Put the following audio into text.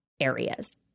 areas